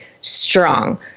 strong